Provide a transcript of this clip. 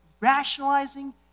rationalizing